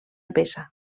peça